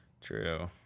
true